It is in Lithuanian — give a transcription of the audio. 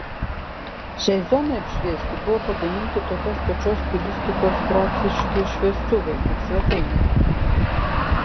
šiai zonai apšviesti buvo pagaminti tokios pačios stilistikos grafiški šviestuvai kaip svetainėje